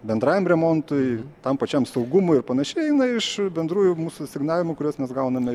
bendrajam remontui tam pačiam saugumui ir panašiai eina iš bendrųjų mūsų asignavimų kuriuos mes gauname iš